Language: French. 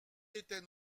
était